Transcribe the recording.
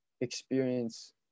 experience